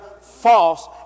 false